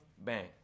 bang